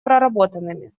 проработанными